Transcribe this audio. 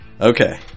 Okay